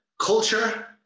culture